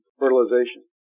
fertilization